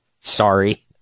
Sorry